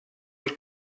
mit